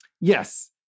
Yes